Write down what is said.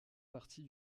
partie